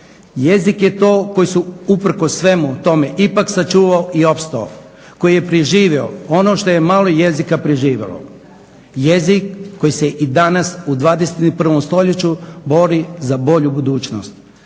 Jezik je to koji su uprkos svemu tome ipak sačuvao i opstao, koji je preživio ono što je malo jezika preživjelo, jezik koji se i danas u 21. stoljeću bori za bolju budućnost,